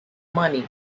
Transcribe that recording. money